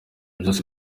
byose